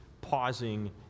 pausing